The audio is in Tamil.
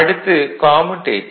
அடுத்து கம்யூடேட்டர்